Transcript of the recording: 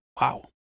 Wow